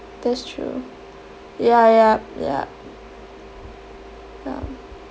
that's true ya ya ya ya